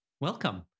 Welcome